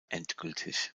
endgültig